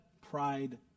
pride